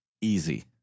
Easy